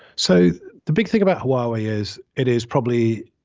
so the big thing about huawei is it is probably